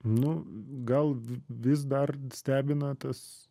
nu gal vis dar stebina tas